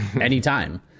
anytime